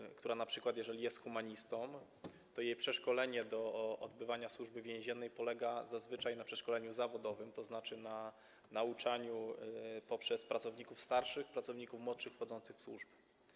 Jeżeli jest np. humanistą, to jej przeszkolenie do odbywania Służby Więziennej polega zazwyczaj na przeszkoleniu zawodowym, tzn. na nauczaniu poprzez pracowników starszych pracowników młodszych wchodzących w służby.